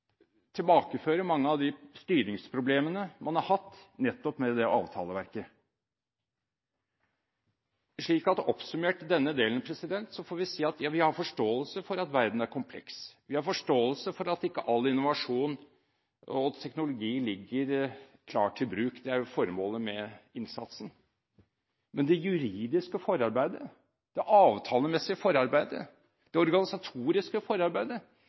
tilbakeføre mange av de styringsproblemene man har hatt, nettopp til det avtaleverket. For å oppsummere denne delen får vi si: Ja, vi har forståelse for at verden er kompleks, vi har forståelse for at ikke all innovasjon og teknologi ligger klar til bruk – det er jo formålet med innsatsen – men det juridiske forarbeidet, det avtalemessige forarbeidet, det organisatoriske forarbeidet,